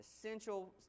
essential